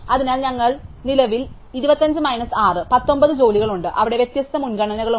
അതിനാൽ ഞങ്ങൾക്ക് നിലവിൽ 25 മൈനസ് 6 19 ജോലികൾ ഉണ്ട് അവിടെ വ്യത്യസ്ത മുൻഗണനകളുണ്ട്